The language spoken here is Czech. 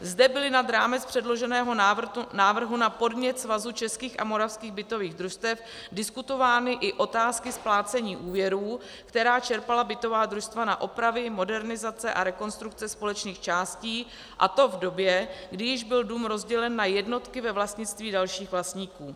Zde byly nad rámec předloženého návrhu na podnět Svazu českých a moravských bytových družstev diskutovány i otázky splácení úvěrů, které čerpala bytová družstva na opravy, modernizace a rekonstrukce společných částí, a to v době, kdy již byl dům rozdělen na jednotky ve vlastnictví dalších vlastníků.